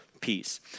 peace